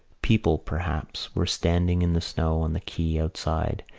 people, perhaps, were standing in the snow on the quay outside,